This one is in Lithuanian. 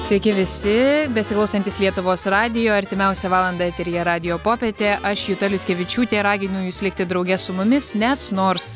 sveiki visi besiklausantys lietuvos radijo artimiausią valandą eteryje radijo popietė aš juta liutkevičiūtė raginu jus likti drauge su mumis nes nors